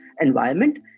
environment